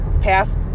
pass